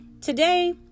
today